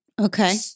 Okay